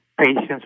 patients